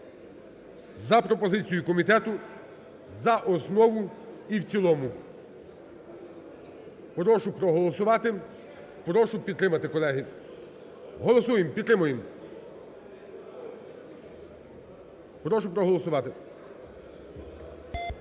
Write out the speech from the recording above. за пропозицією комітету за основу і в цілому. Прошу проголосувати, прошу підтримати, колеги. Голосуємо, підтримуємо, прошу проголосувати.